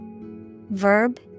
Verb